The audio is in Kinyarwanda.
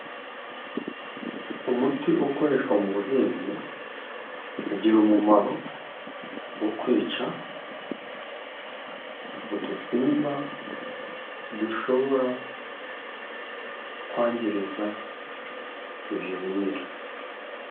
Umuti ukoreshwa mu buhinzi, ugira umumaro wo kwica udusimba dushobora kwangiriza ibyo bimera.